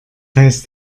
heißt